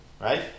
Right